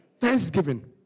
Thanksgiving